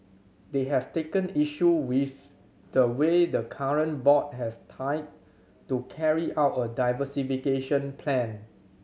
they have taken issue with the way the current board has tied to carry out a diversification plan